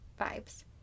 vibes